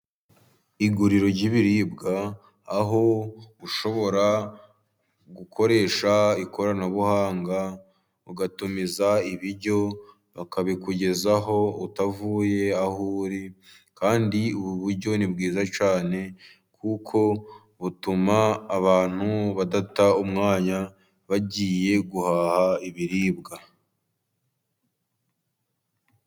Iguriro ry'ibiribwa, aho ushobora gukoresha ikoranabuhanga ugatumiza, ibiryo bakabikugezaho utavuye aho uri, kandi ubu buryo ni bwiza cyane, kuko butuma abantu badata umwanya bagiye guhaha ibiribwa.